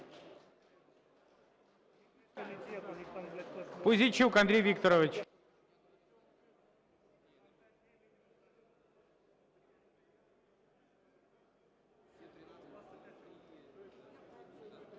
Пузійчук Андрій Вікторович.